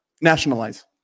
nationalize